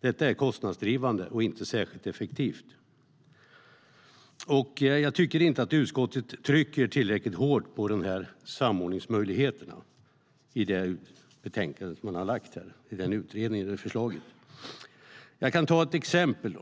Det är kostnadsdrivande och inte särskilt effektivt. Jag tycker inte att utskottet trycker tillräckligt hårt på samordningsmöjligheterna i det betänkande som är lagt. Jag kan ta ett exempel.